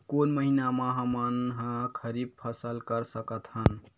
कोन महिना म हमन ह खरीफ फसल कर सकत हन?